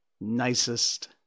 nicest